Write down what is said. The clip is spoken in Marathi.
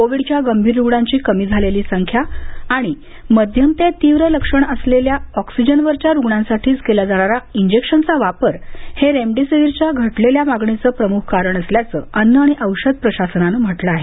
कोविडच्या गंभीर रुग्णांची कमी झालेली संख्या आणि मध्यम ते तीव्र लक्षण असलेल्या ऑक्सिजनवरील रुग्णांसाठीच केला जाणारा इंजेक्शनचा वापर हे रेमडेसिव्हिरच्या घटलेल्या मागणीचं प्रमुख कारण असल्याचं अन्न आणि औषध प्रशासनानं म्हटलं आहे